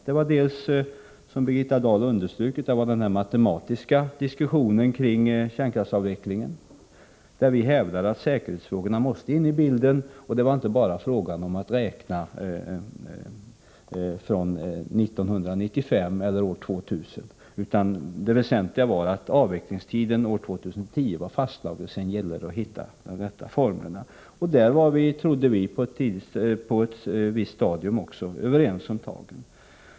Det berodde delvis på, vilket Birgitta Dahl understrukit, den här matematiska diskussionen kring kärnkraftsavvecklingen, där vi hävdade att säkerhetsfrågorna måste in i bilden, och det var inte bara fråga om att räkna från år 1995 eller från år 2000, utan det väsentliga var att avvecklingstiden år 2010 var fastlagd. Sedan gällde det att hitta de rätta formerna. Vi trodde alltså på ett visst stadium att vi var överens om tagen.